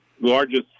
largest